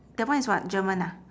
that one is what german ah